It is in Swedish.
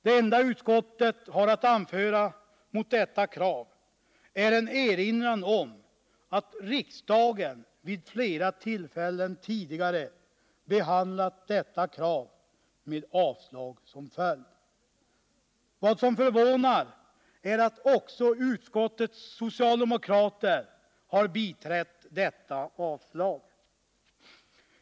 Det enda utskottet har att anföra mot detta krav är en erinran om att riksdagen vid flera tillfällen tidigare behandlat detta krav med avslag som följd. Vad som förvånar är att också utskottets socialdemokrater har biträtt avslagsyrkandet.